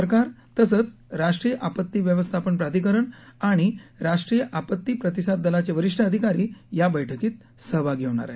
सरकार तसंच राष्ट्रीय आपत्ती व्यवस्थापन प्राधिकारण आणि राष्ट्रीय आपत्ती प्रतिसाद दलाचे वरिष्ठ अधिकारी या बैठकीत सहभागी होणार आहेत